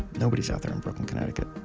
nobody is out there in brooklyn connecticut.